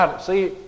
See